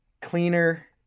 cleaner